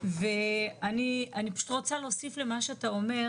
או מה שעושים באסף הרופא שמיר